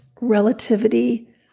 relativity